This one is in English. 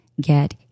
get